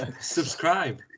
Subscribe